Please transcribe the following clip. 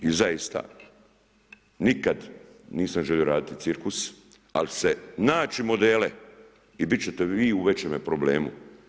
I zaista nikad nisam želio raditi cirkus, ali naći modele i bit ćete vi u većem problemu.